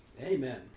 Amen